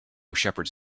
shepherds